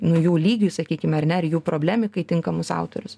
nu jų lygiui sakykime ar ne ar jų problemikai tinkamus autorius